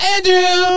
Andrew